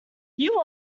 you